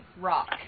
rock